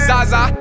Zaza